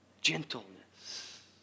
Gentleness